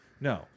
No